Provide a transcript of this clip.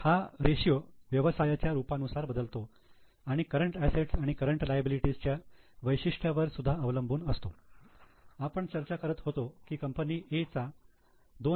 तर हा रेशियो व्यवसायाच्या रूपानुसार बदलतो आणि करंट असेट्स आणि करंट लायबिलिटी च्या वैशिष्ट्यावर सुधा अवलंबून असतो आपण चर्चा करत होतो की कंपनी A चा 2